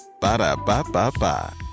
Ba-da-ba-ba-ba